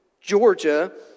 Georgia